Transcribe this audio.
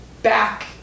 back